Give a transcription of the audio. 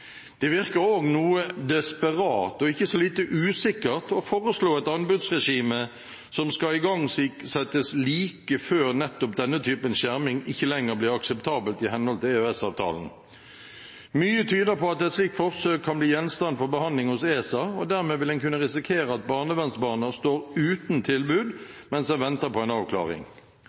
Det virker også noe desperat, og ikke så lite usikkert, å foreslå et anbudsregime som skal igangsettes like før nettopp denne typen skjerming ikke lenger blir akseptert i henhold til EØS-avtalen. Mye tyder på at et slikt forsøk kan bli gjenstand for behandling hos ESA, og dermed vil en kunne risikere at barnevernsbarna står uten tilbud mens en venter på en avklaring.